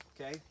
okay